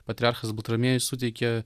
patriarchas baltramiejus suteikė